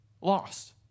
lost